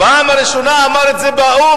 בפעם הראשונה הוא אמר את זה באו"ם,